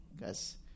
Guys